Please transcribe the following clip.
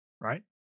Right